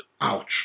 Ouch